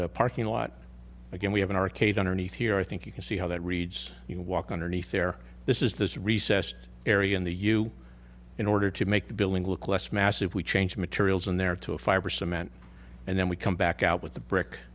the parking lot again we have an arcade underneath here i think you can see how that reads you walk underneath there this is this recessed area in the you in order to make the building look less massive we change materials in there to a fiber cement and then we come back out with the brick